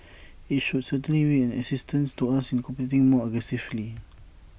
IT should certainly be an assistance to us in competing more aggressively